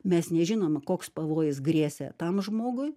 mes nežinome koks pavojus grėsė tam žmogui